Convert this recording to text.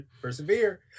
Persevere